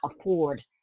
afford